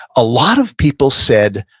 a lot of people said,